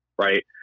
right